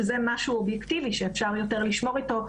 שזה משהו אובייקטיבי שאפשר יותר לשמור איתו,